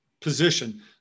position